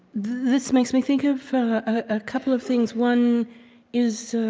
this makes me think of a couple of things one is,